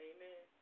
Amen